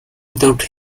without